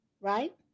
right